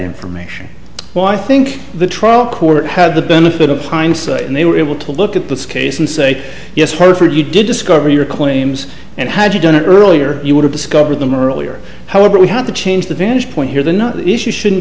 information why i think the trial court had the benefit of hindsight and they were able to look at this case and say yes herford you did discover your claims and had you done earlier you would have discovered them earlier however we have to change the vantage point here the not the issue shouldn't